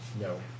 No